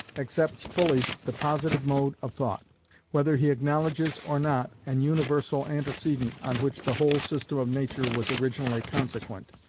accepts fully the positive mode of thought whether he acknowledges or not an universal antecedent on which the whole system of nature was originally consequent,